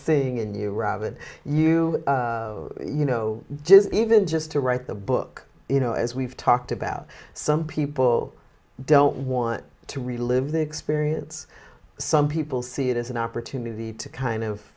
seeing in you robin you you know just even just to write the book you know as we've talked about some people don't want to relive the experience some people see it as an opportunity to kind of